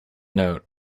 note